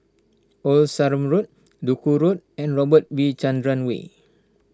Old Sarum Road Duku Road and Robert V Chandran Way